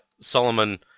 Solomon